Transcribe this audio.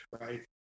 right